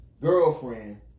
girlfriend